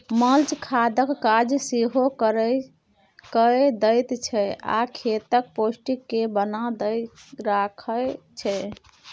mulch खादक काज सेहो कए दैत छै आ खेतक पौष्टिक केँ बना कय राखय छै